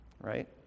right